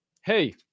Hey